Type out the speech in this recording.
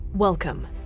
Welcome